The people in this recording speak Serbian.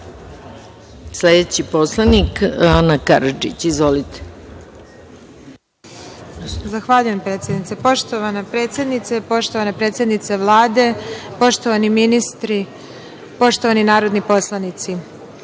narodni poslanik Ana Karadžić. Izvolite. **Ana Karadžić** Zahvaljujem, predsednice. Poštovana predsednice, poštovana predsednice Vlade, poštovani ministri, poštovani narodni poslanici,